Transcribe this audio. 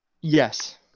Yes